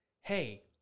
hey